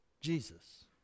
Jesus